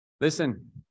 Listen